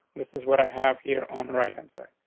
this is what i have here on the right hand side.